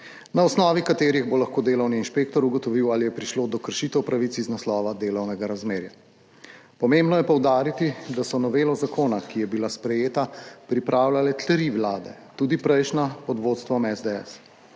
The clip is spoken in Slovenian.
na osnovi katerih bo lahko delovni inšpektor ugotovil, ali je prišlo do kršitev pravic iz naslova delovnega razmerja. Pomembno je poudariti, da so novelo zakona, ki je bila sprejeta, pripravljale tri vlade, tudi prejšnja pod vodstvom SDS,